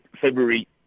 February